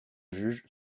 juge